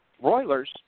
broilers